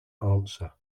answer